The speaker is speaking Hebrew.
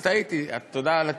אז טעיתי, תודה על התיקון.